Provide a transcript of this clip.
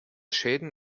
schäden